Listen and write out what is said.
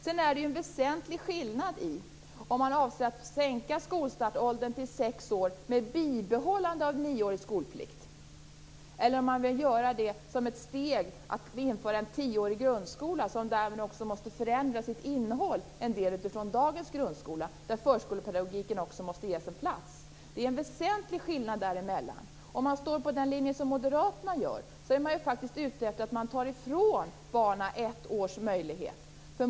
Det är en väsentlig skillnad om man avser att sänka skolstartåldern till sex år med bibehållande av nioårig skolplikt eller om man vill göra det som ett steg i att införa en tioårig grundskola, som därmed också måste förändra sitt innehåll jämfört med dagens grundskola, där förskolepedagogiken också måste ges en plats. Det är en väsentlig skillnad däremellan. Om man står på den linje som moderaterna står på är man ute efter att ta ifrån många barn ett års möjlighet.